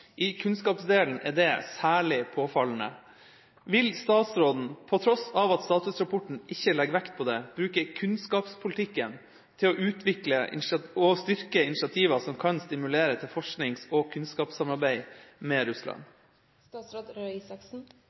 I kunnskapsdelen er dette særlig påfallende. Vil statsråden, på tross av at statusrapporten ikke legger vekt på det, bruke kunnskapspolitikken til å utvikle og styrke initiativer som kan stimulere til forsknings- og kunnskapssamarbeid med